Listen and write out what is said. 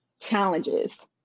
challenges